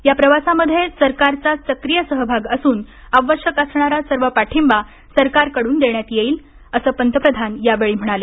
या प्रवासामध्ये सरकारचा सक्रिय सहभाग असून आवश्यक असणारा सर्व पाठिंबा सरकारकडून देण्यात येईल असे पंतप्रधान यावेळी म्हणाले